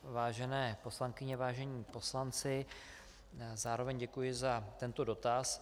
Vážené poslankyně, vážení poslanci, zároveň děkuji za tento dotaz.